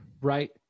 right